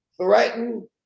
Threaten